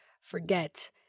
forget